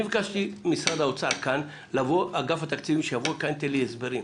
אני ביקשתי ממשרד האוצר שאגף התקציבים יבוא לכאן וייתן לי הסברים.